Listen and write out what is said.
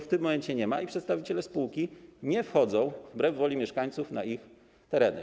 W tym momencie go nie ma i przedstawiciele spółki nie wchodzą wbrew woli mieszkańców na ich tereny.